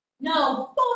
no